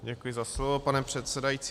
Děkuji za slovo, pane předsedající.